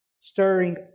Stirring